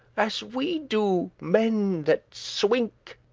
as we do, men that swink.